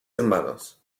hermanos